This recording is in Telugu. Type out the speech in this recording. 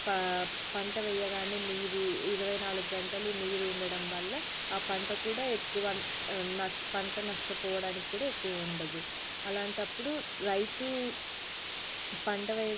పా పంట వెయ్యగానే నీరు ఇరవై నాలుగు గంటలు నీరు ఉండటం వల్ల ఆ పంట కూడా ఎక్కువన్ నస్ట్ పంట నష్టపోవడానికి కూడా ఎక్కువ ఉండదు అలాంటప్పుడు రైతు పంట వేయడం